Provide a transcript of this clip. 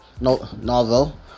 novel